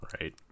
Right